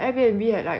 but then hor